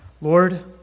Lord